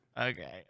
Okay